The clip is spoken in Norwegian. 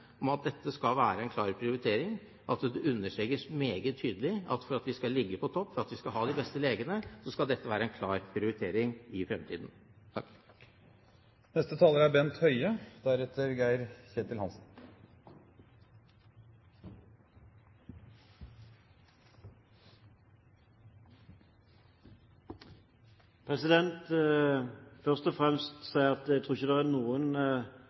at dette skal være en klar prioritering, at det understrekes meget tydelig at for at vi skal ligge på topp, for at vi skal ha de beste legene, skal dette være en klar prioritering i fremtiden. Først og fremst vil jeg si at jeg tror ikke det er